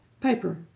paper